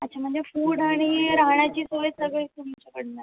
अच्छा म्हणजे फूड आणि राहण्याची सोय सगळी तुमच्याकडनं आहे